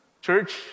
church